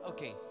Okay